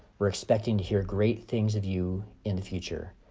we're expecting to hear great things of you in the future.